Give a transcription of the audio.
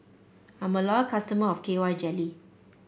I'm a loyal customer of K Y Jelly